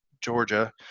Georgia